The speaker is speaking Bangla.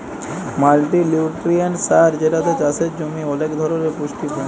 মাল্টিলিউট্রিয়েন্ট সার যেটাতে চাসের জমি ওলেক ধরলের পুষ্টি পায়